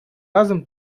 разом